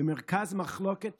במרכז המחלוקת